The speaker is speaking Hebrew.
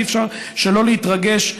אי-אפשר שלא להתרגש.